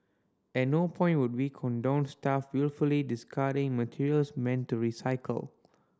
at no point would we condone staff wilfully discarding materials meant to recycled